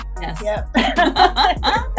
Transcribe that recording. Yes